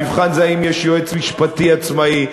המבחן זה אם יש יועץ משפטי עצמאי,